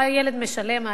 הילד משלם,